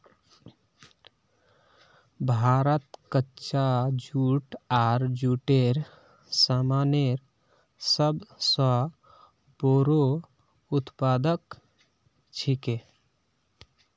भारत कच्चा जूट आर जूटेर सामानेर सब स बोरो उत्पादक छिके